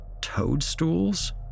toadstools